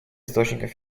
источников